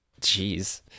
Jeez